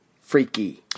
freaky